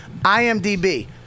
IMDB